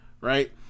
right